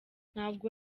ntabwo